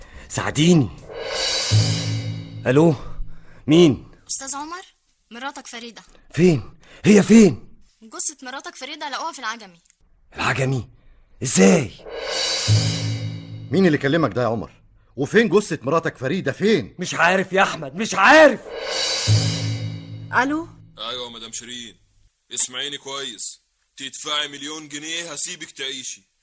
ساعديني. ألو؟ مين؟ أستاذ عمر، مراتك فريدة. فين؟ هي فين؟ جثة مراتك فريدة لقوها في العجمي. العجمي؟ إزاي؟ مين اللي كلمك ده يا عمر؟ وفين جثة مراتك فريدة؟ فين؟ مش عارف يا أحمد، مش عارف. ألو؟ أيوة يا مدام شيرين. اسمعيني كويس. تدفعي مليون جنيه هسيبك تعيشي.